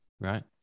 right